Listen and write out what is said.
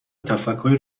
تفکری